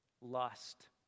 lust